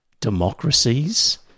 democracies